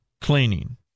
cleaning